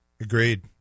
Agreed